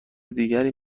دیگری